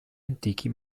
antichi